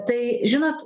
tai žinot